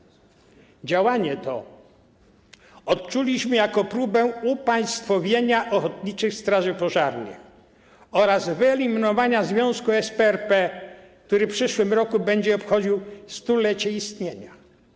Działanie to odczuliśmy jako próbę upaństwowienia ochotniczych straży pożarnych oraz wyeliminowania Związku OSP RP, który w przyszłym roku będzie obchodził 100-lecie istnienia.